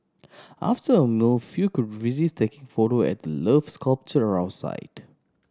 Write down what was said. after a no few could resist taking photo at the 'Love' sculpture outside